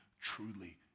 truly